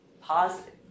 Positive